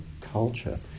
culture